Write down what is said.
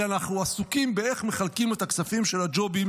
אלא אנחנו עסוקים באיך מחלקים את הכספים של הג'ובים,